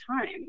time